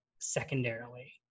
secondarily